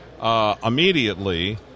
Immediately